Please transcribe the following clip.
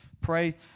pray